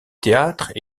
théâtres